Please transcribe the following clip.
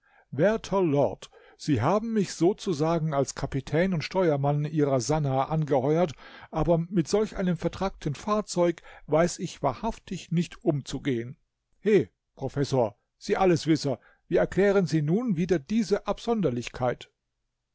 werter lord sie haben mich sozusagen als kapitän und steuermann ihrer sannah angeheuert aber mit solch einem vertrackten fahrzeug weiß ich wahrhaftig nicht umzugehen he professor sie alleswisser wie erklären sie nun wieder diese absonderlichkeit